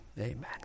Amen